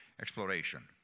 exploration